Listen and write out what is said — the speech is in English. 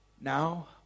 Now